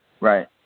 Right